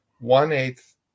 one-eighth